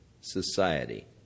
society